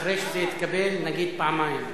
אחרי שזה יתקבל, נגיד פעמיים.